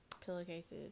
pillowcases